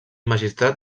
magistrat